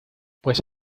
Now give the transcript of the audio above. pues